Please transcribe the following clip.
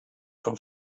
from